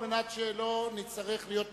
על מנת שלא נצטרך להיות מופתעים.